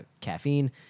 caffeine